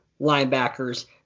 linebackers